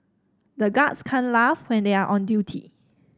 the guards can't laugh when they are on duty